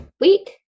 week